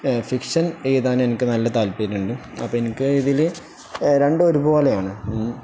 fiction എഴുതാന് എനിക്ക് നല്ല താല്പര്യമുണ്ട് അപ്പോള് എനിക്ക് ഇതില് രണ്ടും ഒരുപോലെയാണ്